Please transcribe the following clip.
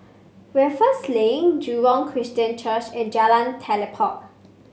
Raffles Link Jurong Christian Church and Jalan Telipok